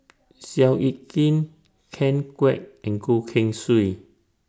Seow Yit Kin Ken Kwek and Goh Keng Swee